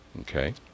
Okay